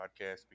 podcast